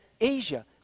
Asia